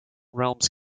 realms